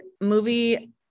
movie